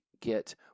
get